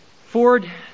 Ford